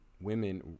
women